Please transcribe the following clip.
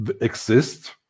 exist